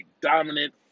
dominant